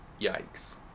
yikes